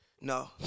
No